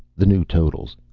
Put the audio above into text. the new totals.